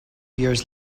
years